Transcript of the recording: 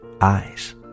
eyes